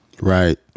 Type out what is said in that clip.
Right